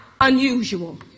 unusual